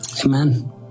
amen